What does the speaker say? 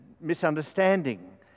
misunderstanding